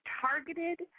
targeted